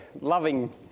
loving